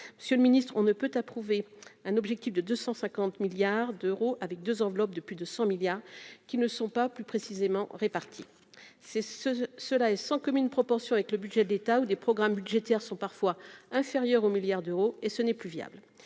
monsieur le ministre, on ne peut approuver un objectif de 250 milliards d'euros avec 2 enveloppes de plus de 100 milliards qui ne sont pas plus précisément répartis c'est ce cela est sans commune proportion avec le budget d'État ou des programmes budgétaires sont parfois inférieur au milliard d'euros, et ce n'est plus viable,